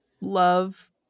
love